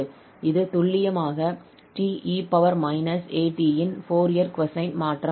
இது துல்லியமாக 𝑡𝑒−𝑎𝑡 இன் ஃபோரியர் கொசைன் மாற்றம் ஆகும்